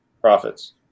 profits